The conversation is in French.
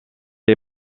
est